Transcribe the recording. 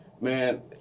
man